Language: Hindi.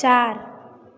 चार